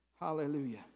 Hallelujah